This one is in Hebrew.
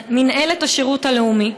מינהלת השירות הלאומי